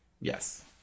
Yes